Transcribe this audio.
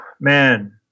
Man